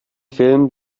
filmen